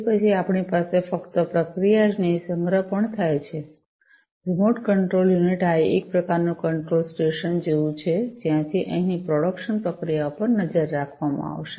તે પછી આપણી પાસે ફક્ત પ્રક્રિયા જ નહીં સંગ્રહ પણ થાય છે રીમોટ કંટ્રોલ યુનિટ આ એક પ્રકારનું કંટ્રોલ સ્ટેશન જેવું છે જ્યાંથી અહીંની પ્રોડક્શન પ્રક્રિયાઓ પર નજર રાખવામાં આવશે